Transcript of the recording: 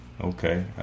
Okay